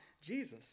Jesus